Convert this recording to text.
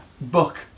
book